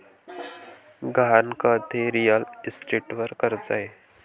गहाणखत हे रिअल इस्टेटवर कर्ज आहे